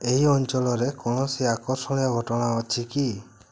ଏହି ଅଞ୍ଚଳରେ କୌଣସି ଆକର୍ଷଣୀୟ ଘଟଣା ଅଛି କି